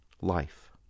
life